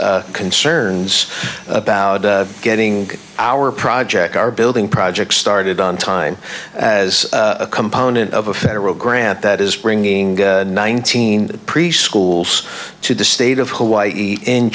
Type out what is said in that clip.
concerns about getting our project our building project started on time as a component of a federal grant that is bringing nineteen preschools to the state of hawaii in